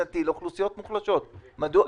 אחמד,